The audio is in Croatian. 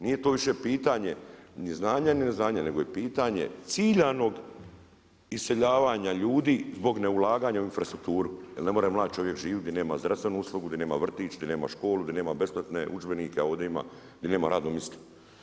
Nije to više pitanje ni znanja ni neznanja, nego je pitanje ciljanog iseljavanja ljudi zbog neulaganja u infrastrukturu jer ne može mlad čovjek živjeti gdje nema zdravstvenu uslugu, gdje nema vrtić, gdje nema školu, gdje nema besplatne udžbenike, a ovdje ima, gdje nema radnog mjesta.